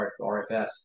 RFS